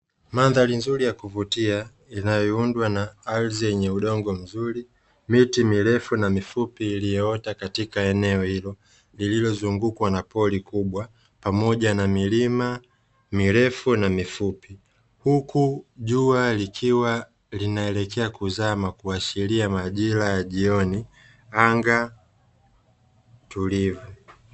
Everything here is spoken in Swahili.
Mandhari nzuri ya kuvutia inayoundwa na ardhi yenye udongo mzuri, miti mirefu na mifupi iliyoota katika eneo hilo lililozungukwa na pori kubwa, pamoja na milima mirefu na mifupi. Huku jua likiwa linaelekea kuzama kuashiria majira ya jioni, anga tulivu.